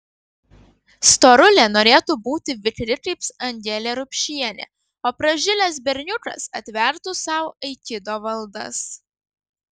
storulė norėtų būti vikri kaip angelė rupšienė o pražilęs berniukas atvertų sau aikido valdas